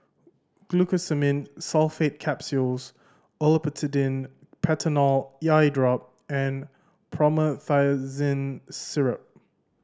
Glucosamine Sulfate Capsules Olopatadine Patanol Eyedrop and Promethazine Syrup